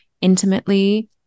intimately